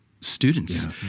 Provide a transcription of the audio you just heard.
students